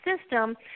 system